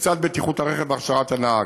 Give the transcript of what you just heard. לצד בטיחות הרכב והכשרת הנהג.